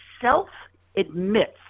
self-admits